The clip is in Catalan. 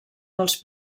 dels